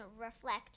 reflect